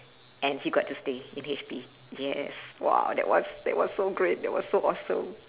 and he got to stay in HP yes !wow! that was that was so great that was so awesome